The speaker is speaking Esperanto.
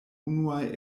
unuaj